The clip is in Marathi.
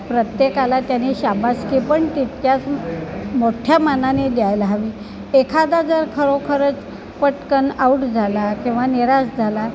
प्रत्येकाला त्याने शाबासकी पण तितक्याच मोठ्या मानाने द्यायला हवी एखादा जर खरोखरच पटकन आऊट झाला किंवा निराश झाला